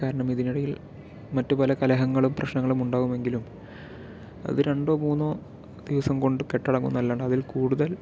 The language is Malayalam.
കാരണം ഇതിനിടയിൽ മറ്റ് പല കലഹങ്ങളും പ്രശ്നങ്ങളുമുണ്ടാകുമെങ്കിലും അത് രണ്ടോ മൂന്നോ ദിവസം കൊണ്ട് കെട്ടടങ്ങുന്നല്ലാണ്ട് അത് കൂടുതൽ